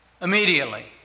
Immediately